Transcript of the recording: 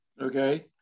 okay